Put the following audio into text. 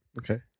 Okay